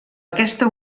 aquesta